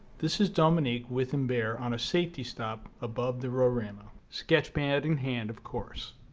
this is dominique with imbert on a safety stop above the roraima sketch pad in hand of course.